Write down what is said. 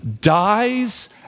dies